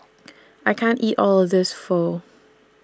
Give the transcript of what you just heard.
I can't eat All of This Pho